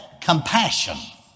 compassion